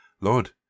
Lord